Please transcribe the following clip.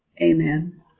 Amen